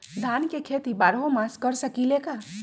धान के खेती बारहों मास कर सकीले का?